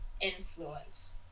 influence